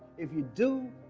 if you do